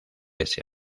ese